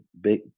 big